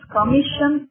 commission